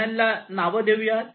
आपण चॅनलला नावे देऊया